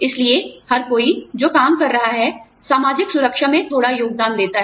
इसलिए हर कोई जो काम कर रहा है सामाजिक सुरक्षा में थोड़ा योगदान देता है